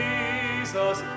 Jesus